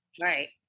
Right